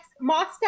Moscow